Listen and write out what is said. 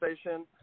station